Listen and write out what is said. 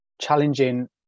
challenging